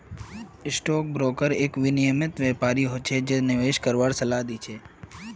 stock broker एक विनियमित व्यापारी हो छै जे निवेश करवार सलाह दी छै